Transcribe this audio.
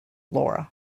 laura